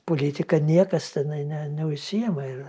politika niekas tenai ne neužsiėma ir